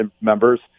members